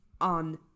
on